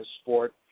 sport